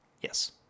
Yes